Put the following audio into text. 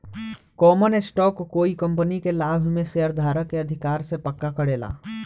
common stock कोइ company के लाभ में शेयरधारक के अधिकार के पक्का करेला